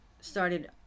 started